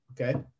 Okay